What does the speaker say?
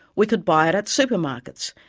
we could buy it at supermarkets,